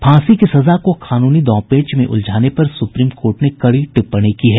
फांसी की सजा को कानूनी दावपेंच में उलझाने पर सुप्रीम कोर्ट ने कड़ी टिप्पणी की है